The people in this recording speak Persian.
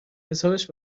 حسابش